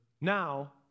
Now